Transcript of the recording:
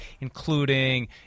including